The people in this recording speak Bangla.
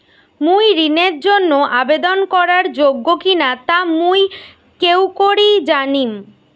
মুই ঋণের জন্য আবেদন করার যোগ্য কিনা তা মুই কেঙকরি জানিম?